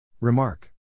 Remark